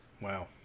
Wow